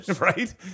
Right